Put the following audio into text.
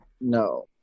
No